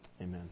Amen